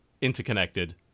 interconnected